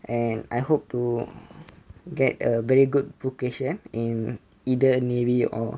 and I hope to get a very good vocation in either navy or